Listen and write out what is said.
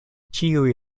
ĉiuj